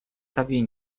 prawie